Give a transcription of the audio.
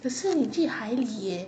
可是你去海里 eh